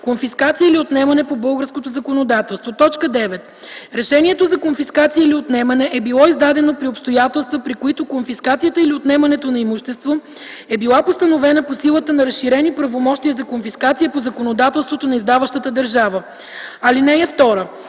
конфискация или отнемане по българското законодателство; 9. решението за конфискация или отнемане е било издадено е било издадено при обстоятелства, при които конфискацията или отнемането на имущество е била постановена по силата на разширени правомощия за конфискация по законодателството на издаващата държава. (2)